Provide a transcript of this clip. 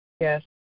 Yes